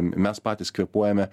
mes patys kvėpuojame